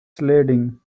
sledding